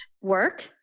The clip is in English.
work